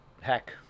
heck